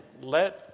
let